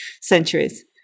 centuries